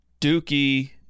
dookie